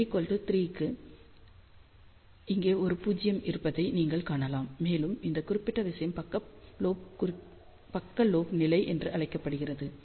n 3 க்கு இங்கே ஒரு பூஜ்யம் இருப்பதை நீங்கள் காணலாம் மேலும் இந்த குறிப்பிட்ட விஷயம் பக்க லோப் நிலை என்று அழைக்கப்படுகிறது